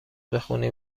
بخونی